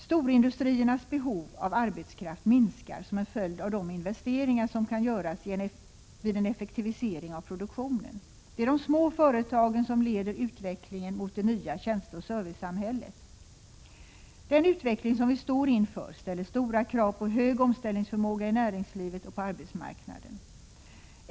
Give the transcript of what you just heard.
Storindustrins behov av arbetskraft minskar som en följd av de investeringar som kan göras i en effektivisering av produktionen. Det är de små företagen som leder utvecklingen mot det nya tjänsteoch servicesamhället. Den utveckling som vi står inför ställer stora krav på hög omställningsförmåga i näringslivet och på arbetsmarknaden.